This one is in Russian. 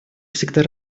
всегда